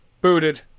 Booted